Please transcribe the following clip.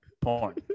porn